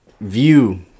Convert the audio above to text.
view